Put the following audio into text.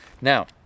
now